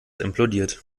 implodiert